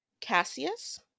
Cassius